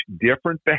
different